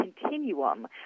continuum